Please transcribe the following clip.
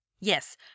Yes